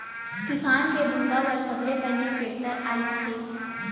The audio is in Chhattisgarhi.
किसानी के बूता बर सबले पहिली टेक्टर आइस हे